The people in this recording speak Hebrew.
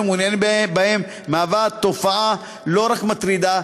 מעוניינים בהן מהווה תופעה לא רק מטרידה,